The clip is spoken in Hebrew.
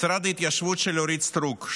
משרד ההתיישבות של אורית סטרוק,